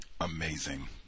Amazing